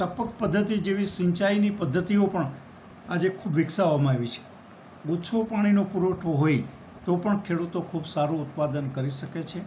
ટપક પદ્ધતિ જેવી સિંચાઈની પદ્ધતિઓ પણ આજે ખૂબ વિકસાવામાં આવી છે ઓછો પાણીનો પુરવઠો હોય તો પણ ખેડૂતો ખૂબ સારું ઉત્પાદન કરી શકે છે